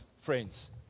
friends